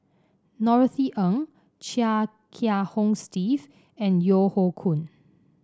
Norothy Ng Chia Kiah Hong Steve and Yeo Hoe Koon